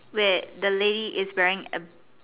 where the lady is wearing a